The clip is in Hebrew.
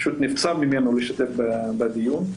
נבצר ממנו להשתתף בדיון.